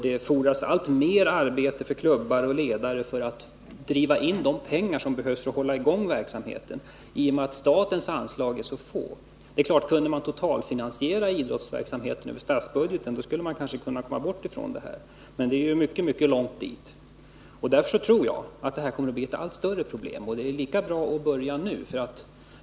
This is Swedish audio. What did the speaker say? Det fordras alltmer arbete av klubbar och ledare för att driva in de pengar som behövs för att man skall kunna hålla i gång verksamheten, eftersom statens anslag är så få. Kunde man totalfinansiera idrottsverksamheten över statsbudgeten, skulle man kanske komma ifrån problemet. Men det är ju mycket, mycket långt dit. Därför tror jag att problemet kommer att bli allt större. Det är lika bra att börja handla nu.